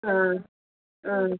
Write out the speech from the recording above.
आं आं